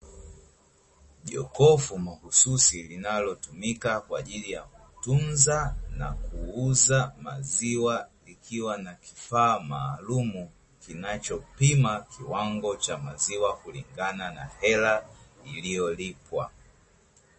Jokofu mahususi linalotumika kwa ajili ya kutunza na kuuza maziwa, likiwa na kifaa maalumu kinachopima kiwango cha maziwa kulingana na hela iliyolipwa.